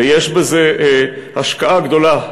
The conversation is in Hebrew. ויש בזה השקעה גדולה,